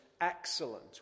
excellent